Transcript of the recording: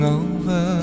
over